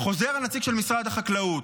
חוזר הנציג של משרד החקלאות.